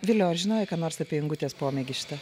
viliau ar žinojai ką nors apie ingutės pomėgį šitą